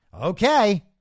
Okay